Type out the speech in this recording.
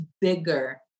bigger